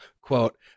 Quote